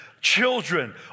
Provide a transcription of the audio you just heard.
Children